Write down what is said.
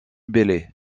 bellay